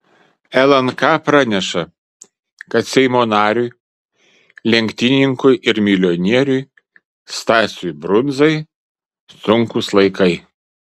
lnk praneša kad seimo nariui lenktynininkui ir milijonieriui stasiui brundzai sunkūs laikai